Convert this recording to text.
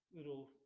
little